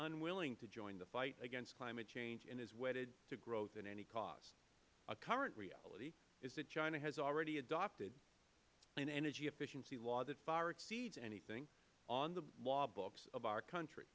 unwilling to join the fight against climate change and is wedded to growth at any cost our current reality is that china has already adopted an energy efficiency law that far exceeds anything on the law books of our country